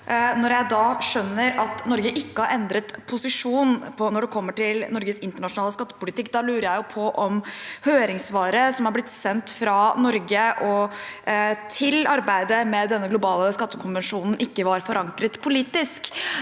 Når jeg nå skjønner at Norge ikke har endret posisjon når det gjelder Norges internasjonale skattepolitikk, lurer jeg på om høringssvaret som har blitt sendt fra Norge til arbeidet med denne globale skattekonvensjonen, ikke var forankret politisk.